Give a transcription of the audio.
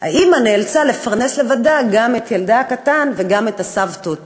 והאימא נאלצה לפרנס לבדה גם את ילדה הקטן וגם את הסבתות שלו.